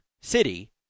City